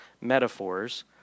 metaphors